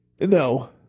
No